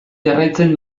jarraitzen